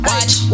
Watch